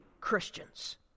Christians